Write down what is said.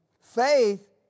Faith